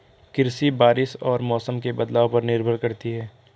कृषि बारिश और मौसम के बदलाव पर निर्भर करती है